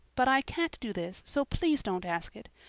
but i can't do this, so please don't ask it.